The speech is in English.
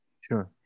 Sure